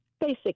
basic